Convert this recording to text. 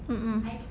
mm mm